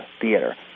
theater